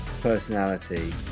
personality